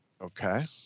Okay